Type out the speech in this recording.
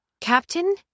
Captain